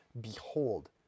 Behold